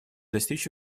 достичь